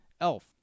Elf